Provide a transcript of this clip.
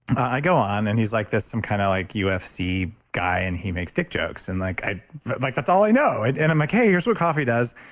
i go on and he's like this some kind of like ufc guy and he makes dick jokes and like like that's all i know and and i'm like hey, here's what coffee does.